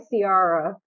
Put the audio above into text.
Ciara